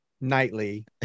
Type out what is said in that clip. nightly